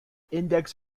index